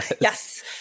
yes